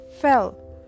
fell